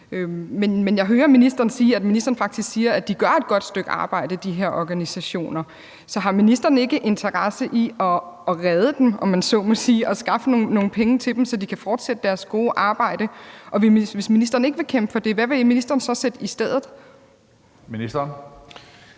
Men jeg hører ministeren sige, at de her organisationer faktisk gør et godt stykke arbejde. Så har ministeren ikke interesse i at redde dem, om man så må sige, og skaffe nogle penge til dem, så de kan fortsætte deres gode arbejde? Og hvis ministeren ikke vil kæmpe for det, hvad vil ministeren så sætte i stedet? Kl.